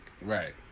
right